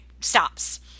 stops